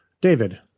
David